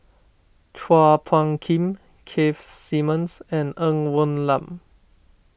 Chua Phung Kim Keith Simmons and Ng Woon Lam